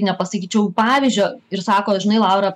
nepasakyčiau pavyzdžio ir sako žinai laura